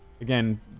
Again